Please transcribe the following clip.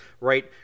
right